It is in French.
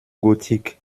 gothique